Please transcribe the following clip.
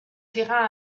terrain